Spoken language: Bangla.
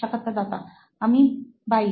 সাক্ষাৎকারদাতা আমি 22